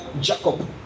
jacob